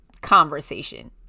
conversation